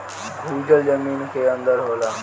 भूजल जमीन के अंदर होला